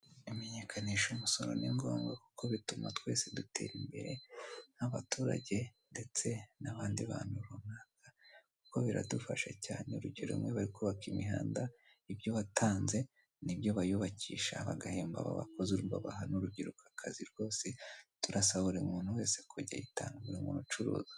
Imenyekanisha umusoro ni ngombwa kuko bituma twese dutera imbere nk'abaturage ndetse n'abandi bantu runaka, kuko biradufasha cyane urugero nk'iyo bari kubabaka imihanda ibyo watanze nibyo bayubakisha bagahemba abo bakozi urumva baha n'urubyiruko akazi rwose, turasaba buri muntu wese kujya ayitanga buri umuntu ucuruza.